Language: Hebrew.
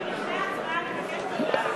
לפני ההצבעה אני מבקשת הודעה.